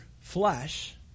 flesh